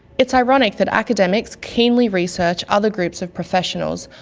it's ironic that academics keenly research other groups of professionals,